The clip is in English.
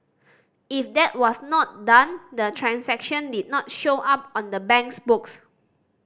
if that was not done the transaction did not show up on the bank's books